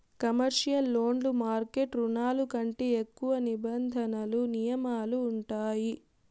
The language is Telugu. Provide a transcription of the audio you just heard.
కమర్షియల్ లోన్లు మార్కెట్ రుణాల కంటే ఎక్కువ నిబంధనలు నియమాలు ఉంటాయి